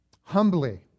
humbly